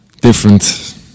different